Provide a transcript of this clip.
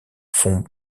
font